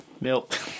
Milk